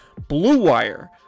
BLUEWIRE